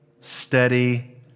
steady